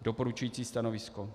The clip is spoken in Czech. Doporučující stanovisko.